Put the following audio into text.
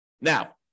Now